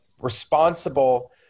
responsible